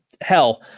hell